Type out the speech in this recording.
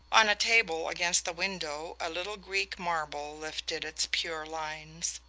on a table against the window a little greek marble lifted its pure lines.